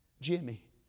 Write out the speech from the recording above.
Jimmy